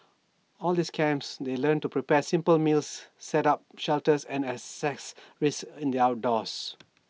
all these camps they learn to prepare simple meals set up shelters and assess risks in the outdoors